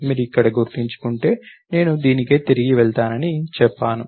మీరు ఇక్కడ గుర్తుంచుకుంటే నేను దీనికే తిరిగి వెళ్తానని చెప్పాను